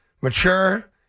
mature